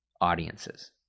audiences